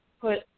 put